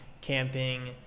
camping